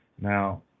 Now